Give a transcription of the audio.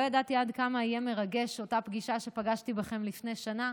לא ידעתי עד כמה תהיה מרגשת אותה פגישה שפגשתי בכם לפני שנה,